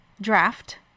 draft